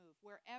Wherever